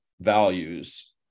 values